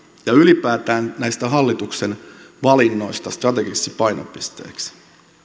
ja ylipäätään näistä hallituksen valinnoista strategisiksi painopisteiksi